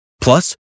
Plus